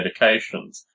medications